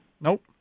Nope